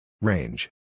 Range